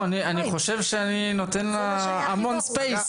אני חושב שאני נותן לה המון ספייס.